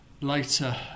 later